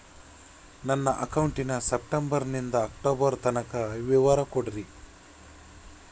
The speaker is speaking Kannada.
ನನ್ನ ಅಕೌಂಟಿನ ಸೆಪ್ಟೆಂಬರನಿಂದ ಅಕ್ಟೋಬರ್ ತನಕ ವಿವರ ಕೊಡ್ರಿ?